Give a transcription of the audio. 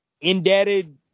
indebted